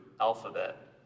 alphabet